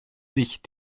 sich